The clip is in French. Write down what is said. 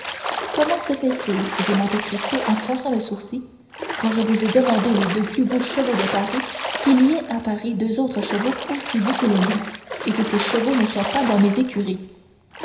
comment se fait-il dit monte cristo en fronçant le sourcil quand je vous ai demandé les deux plus beaux chevaux de paris qu'il y ait à paris deux autres chevaux aussi beaux que les miens et que ces chevaux ne soient pas dans mes écuries